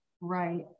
Right